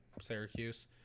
syracuse